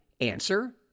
Answer